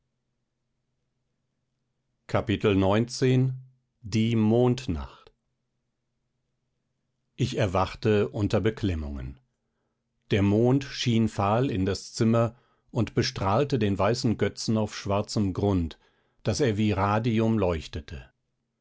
ich erwachte unter beklemmungen der mond schien fahl in das zimmer und bestrahlte den weißen götzen auf schwarzem grund daß er wie radium leuchtete